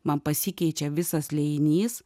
man pasikeičia visas liejinys